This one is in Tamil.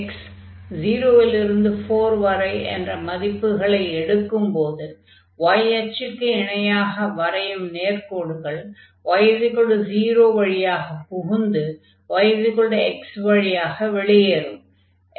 x 0 லிருந்து 4 வரை என்ற மதிப்புகளை எடுக்கும்போது y அச்சுக்கு இணையாக வரையும் நேர்க்கோடுகள் y 0 வழியாகப் புகுந்து y x வழியாக வெளியேறும்